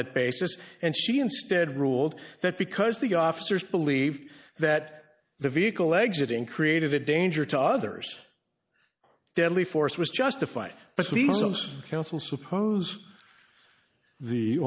that basis and she instead ruled that because the officers believe that the vehicle exiting created a danger to others deadly force was justified but these of council suppose the